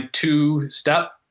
two-step